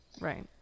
right